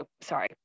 sorry